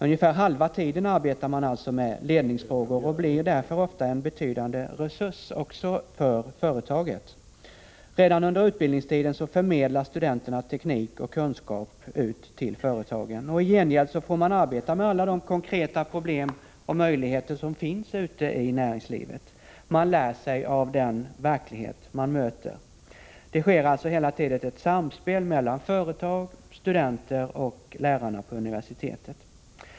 Ungefär halva tiden arbetar studenterna med ledningsfrågor och blir därför ofta en betydande resurs också för företaget. Redan under utbildningstiden förmedlar studenterna teknik och kunskap ut till företagen. I gengäld får de arbeta med alla de konkreta problem och möjligheter som finns ute i näringslivet. Studenterna lär sig av den verklighet som de möter. Det sker alltså hela tiden ett samspel mellan företag, studenter och lärarna på universitetet.